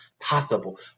possible